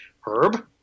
Herb